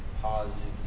positive